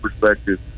perspective